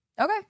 Okay